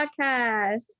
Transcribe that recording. podcast